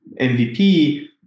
MVP